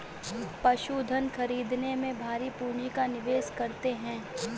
पशुधन खरीदने में भारी पूँजी का निवेश करते हैं